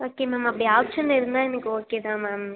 okay ma'am அப்படி option இருந்தால் எனக்கு ஓகே தான் மேம்